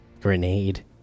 Grenade